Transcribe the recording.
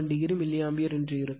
87o milliampere இருக்கும்